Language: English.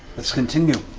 let's continue.